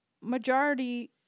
majority